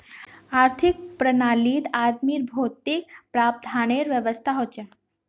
आर्थिक प्रणालीत आदमीर भौतिक प्रावधानेर व्यवस्था हछेक